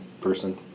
person